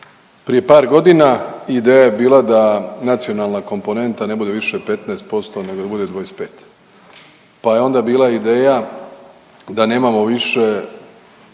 prije par godina ideja je bila da nacionalna komponenta ne bude više 15% nego da bude 25, pa je onda bila ideja da nemamo više